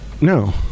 No